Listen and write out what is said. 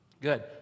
good